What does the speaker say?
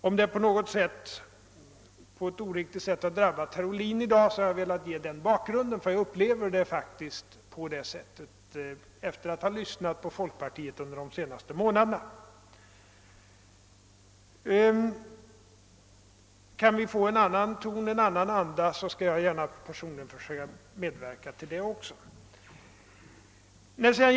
Om detta på ett orättvist sätt i dag har drabbat herr Ohlin har jag velat ge denna bakgrund; jag upplever det faktiskt på det sättet efter att ha lyssnat till vad som sagts från folkpartihåll under de senaste månaderna. Om vi kan få en annan ton och anda där, så skall jag för min del gärna försöka bidra därtill.